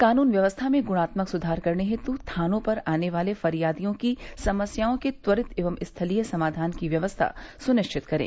कानून व्यवस्था में गृणात्मक सुधार करने हेत् थानों पर आने वाले फरियादियों की समस्याओं के त्वरित एवं स्थलीय समाधान की व्यवस्था सुनिश्चित करें